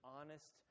honest